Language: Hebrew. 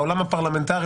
בעולם הפרלמנטרי,